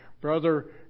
Brother